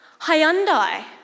Hyundai